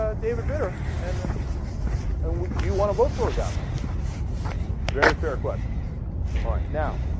ah david better and and what do you what what forgot like that very fair questions all right now